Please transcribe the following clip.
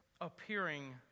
appearing